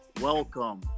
Welcome